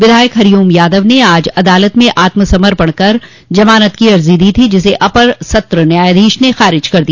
विधायक हरिओम यादव ने आज अदालत में आत्म समर्पण कर जमानत की अर्जा दी थी जिसे अपर सत्र न्यायाधीश ने खारिज कर दिया